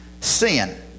sin